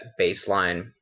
baseline